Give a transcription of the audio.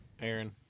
Aaron